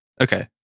Okay